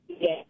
Yes